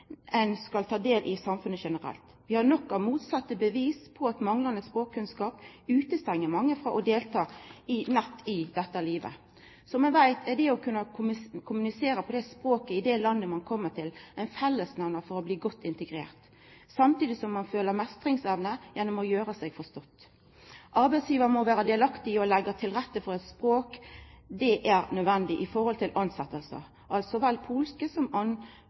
ein skal ta del i samfunnet generelt. Vi har nok av motsette bevis på at manglande språkkunnskap utestengjer mange frå å delta nettopp i arbeidslivet. Som ein veit, er det å kunna kommunisera på språket i det landet ein kjem til, ein fellesnemnar for å bli godt integrert, samtidig som ein føler meistringsevne gjennom det å gjera seg forstått. Arbeidsgjevar må vera delaktig i å leggja til rette for at språk er nødvendig i tilknyting til tilsetjingar av så vel polsk som